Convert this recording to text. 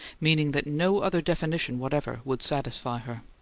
meaning that no other definition whatever would satisfy her.